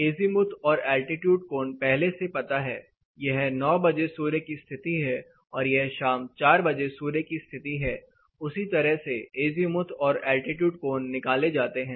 azimuth और altitude कोण पहले से पता है यह 900 बजे सूर्य की स्थिति है और यह शाम 400 बजे सूर्य की स्थिति है उसी तरह से एजीमुथ और एल्टीट्यूड कोण निकाले जाते हैं